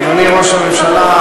אדוני ראש הממשלה,